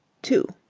two